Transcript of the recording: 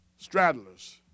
straddlers